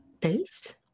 Based